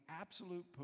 absolute